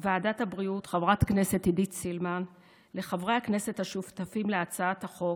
הבריאות חברת הכנסת עידית סילמן ולחברי הכנסת השותפים להצעת החוק,